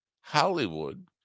Hollywood